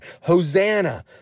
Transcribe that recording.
Hosanna